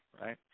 right